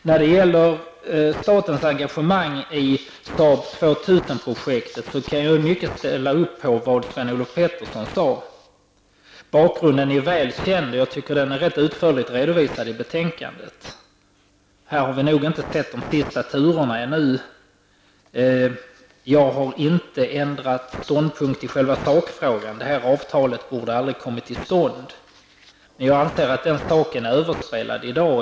När det gäller statens engagemang i projektet Saab 2000 kan jag till stor del ställa upp på vad som Sven-Olof Petersson sade. Bakgrunden är väl känd, och jag tycker att den är ganska utförligt redovisad i betänkandet. Vi har nog inte sett de sista turerna ännu. Jag har inte ändrat ståndpunkt i själva sakfrågan: avtalet borde aldrig ha kommit till stånd. Men jag anser att den saken är överspelad i dag.